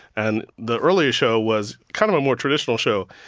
and the earlier show was kind of a more traditional show.